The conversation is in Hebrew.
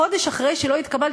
חודש אחרי שלא התקבלתי,